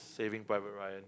saving private Ryan